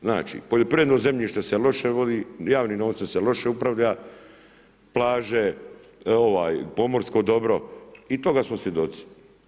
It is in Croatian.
Znači poljoprivredno zemljište se loše vodi, javnim novcem se loše upravlja, plaže, pomorsko dobro i toga smo svjedoci.